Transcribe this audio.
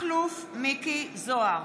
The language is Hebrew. מצביע מכלוף מיקי זוהר,